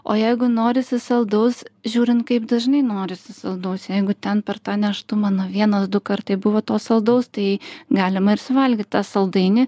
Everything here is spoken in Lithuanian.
o jeigu norisi saldaus žiūrint kaip dažnai norisi saldaus jeigu ten per tą nėštumą no vienas du kartai buvo to saldaus tai galima ir suvalgyt tą saldainį